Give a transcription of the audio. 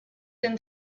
been